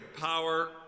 power